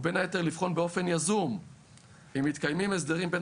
ובין היתר לבחון באופן יזום אם מתקיימים הסדרים בין